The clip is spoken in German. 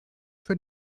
für